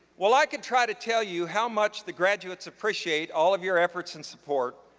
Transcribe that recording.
while i could try to tell you how much the graduates appreciate all of your efforts and support,